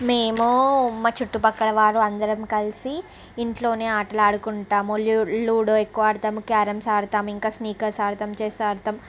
మేము మా చుట్టుపక్కల వారు అందరం కలిసి ఇంట్లోనే ఆటలు ఆడుకుంటాము లూ లూడో ఎక్కువ ఆడుతాము క్యారమ్స్ ఆడుతాము ఇంకా స్నికర్స్ ఆడుతాం చెస్ ఆడుతాం